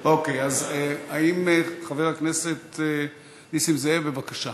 אוקי, אז האם חבר הכנסת נסים זאב, בבקשה.